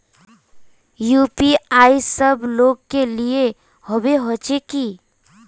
UPI सब लोग के लिए होबे होचे की?